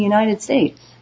united states